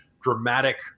dramatic